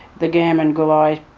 the gammon gulli